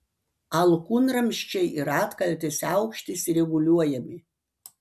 alkūnramsčiai ir atkaltės aukštis reguliuojami